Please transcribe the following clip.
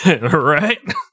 Right